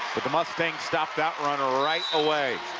but the mustangs stopped that run right away.